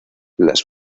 las